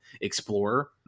Explorer